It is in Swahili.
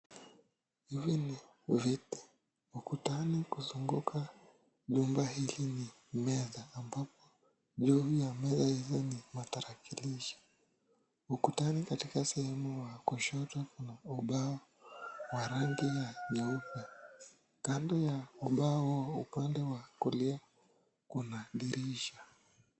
Hivi ni viti ukutani kuzunguka nyumba hili ni meza ambapo juu ya meza hizo ni matarakilishi. Ukutani katika sehemu ya kushoto kuna ubao wa rangi ya nyeupe. Kando ya ubao huo upande wa kulia kuna dirisha.